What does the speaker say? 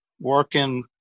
working